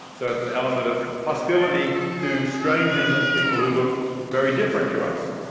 so an element of hostility to strangers and people who look very different to us.